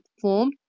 form